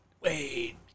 wait